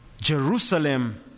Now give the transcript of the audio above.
Jerusalem